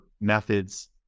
methods